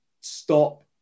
stop